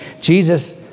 Jesus